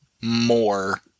more